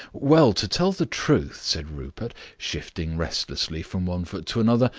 well, to tell the truth, said rupert, shifting restlessly from one foot to another,